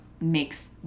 makes